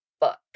book